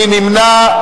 מי נמנע?